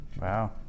Wow